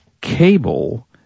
cable